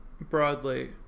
broadly